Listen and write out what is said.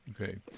Okay